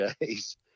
days